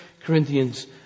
Corinthians